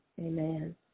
amen